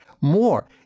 more